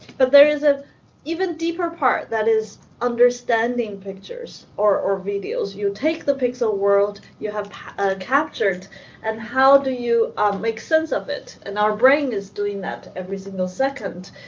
but there is an ah even deeper part that is understanding pictures or or videos. you take the pixel world, you have ah captured and how do you make sense of it, and our brain is doing that every single second.